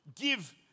give